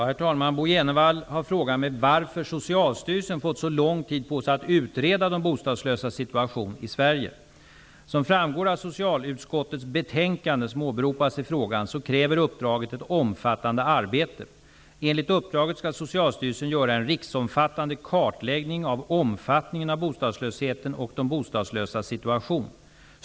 Herr talman! Bo G Jenevall har frågat mig varför Socialstyrelsen fått så lång tid på sig att utreda de bostadslösas situation i Sverige. Som framgår av socialutskottets betänkande, som åberopas i frågan, kräver uppdraget ett omfattande arbete. Enligt uppdraget skall Socialstyrelsen göra en riksomfattande kartläggning av omfattningen av bostadslösheten och de bostadslösas situation.